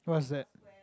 what's that